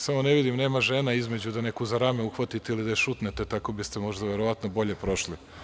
Samo ne vidim, nema žena između da neku za rame uhvatite ili da je šutnete, tako biste možda verovatno bolje prošli.